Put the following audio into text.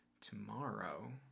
tomorrow